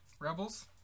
Rebels